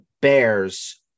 bears